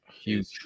huge